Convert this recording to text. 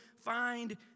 find